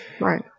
Right